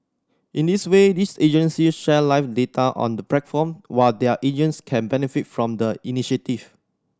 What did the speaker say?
in this way these agencies share live data on the platform while their agents can benefit from the initiative